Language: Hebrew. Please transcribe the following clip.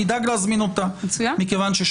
נדאג להזמין אותה כי שמה